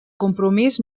compromís